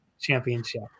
championship